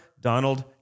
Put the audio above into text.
Donald